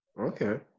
Okay